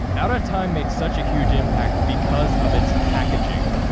out of time made such a huge impact because of its packaging.